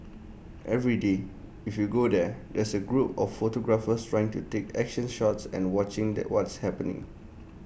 every day if you go there there's A group of photographers trying to take action shots and watching the what's happening